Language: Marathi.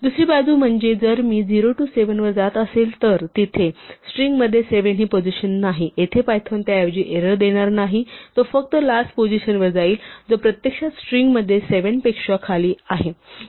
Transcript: दुसरी बाजू म्हणजे जर मी 0 टू 7 वर जात असेल तर जिथे स्ट्रिंगमध्ये 7 हि पोझिशन नाही येथे पायथॉन त्याऐवजी एरर देणार नाही तो फक्त लास्ट पोझिशनवर जाईल जो प्रत्यक्षात स्ट्रिंगमध्ये 7 पेक्षा खाली आहे